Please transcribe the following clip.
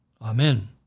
Amen